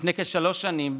לפני כשלוש שנים,